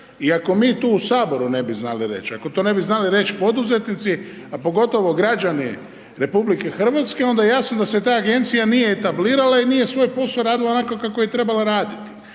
i ako mi u tu u Saboru znali reći, ako to ne bi znali reći poduzetnici, a pogotovo građani RH onda jasno da se ta agencija nije etablirala i nije svoj posao radila onako kako je trebala raditi